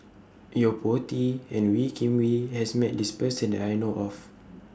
Yo Po Tee and Wee Kim Wee has Met This Person that I know of